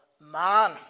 man